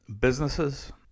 businesses